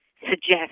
suggest